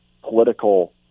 political